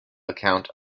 account